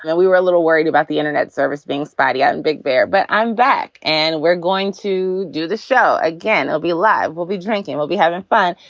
yeah we were a little worried about the internet service being spotty on big bear, but i'm back and we're going to do the show again it'll be live. we'll be drinking, we'll be having fun.